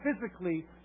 physically